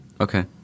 Okay